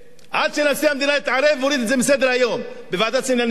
שנשיא המדינה התערב והוריד את זה מסדר-היום בוועדת השרים לענייני חקיקה.